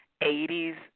80s